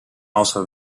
also